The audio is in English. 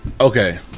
Okay